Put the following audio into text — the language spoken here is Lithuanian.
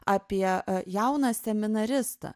apie jauną seminaristą